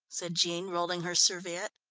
said jean, rolling her serviette.